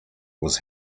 was